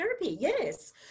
yes